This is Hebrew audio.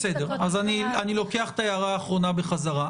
בסדר, אז אני לוקח את ההערה האחרונה בחזרה.